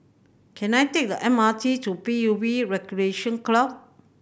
can I take the M R T to P U B Recreation Club